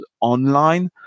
online